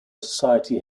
society